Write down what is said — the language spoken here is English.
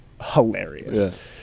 hilarious